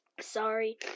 sorry